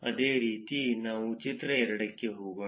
ಅದೇ ರೀತಿ ನಾವು ಚಿತ್ರ 2 ಕ್ಕೆ ಹೋಗೋಣ